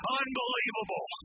unbelievable